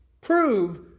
Prove